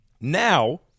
Now